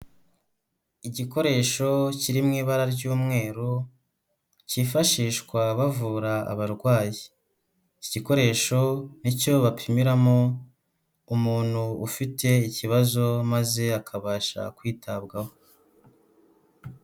Igikoresho kiri mu ibara ry'umweru, cyifashishwa bavura abarwayi, iki gikoresho nicyo bapimiramo umuntu ufite ikibazo maze akabasha kwitabwaho.